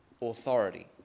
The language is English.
authority